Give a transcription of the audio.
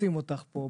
רוצים אותך פה,